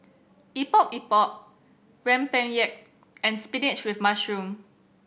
Epok Epok rempeyek and spinach with mushroom